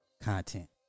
content